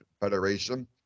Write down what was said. Federation